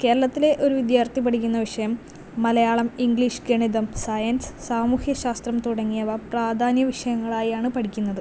കേരളത്തിലെ ഒരു വിദ്യാർത്ഥി പഠിക്കുന്ന വിഷയം മലയാളം ഇംഗ്ലീഷ് ഗണിതം സയൻസ് സാമൂഹ്യ ശാസ്ത്രം തുടങ്ങിയവ പ്രാധാന വിഷയങ്ങളായാണ് പഠിക്കുന്നത്